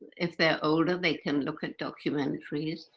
if they're older, they can look at documentaries.